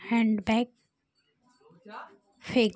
hand bag हमने फेंक